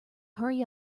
hurry